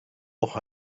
auch